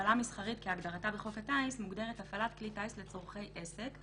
הפעלה מסחרית כהגדרתה בחוק הטיס מוגדרת "הפעלת כלי טיס לצורכי עסק,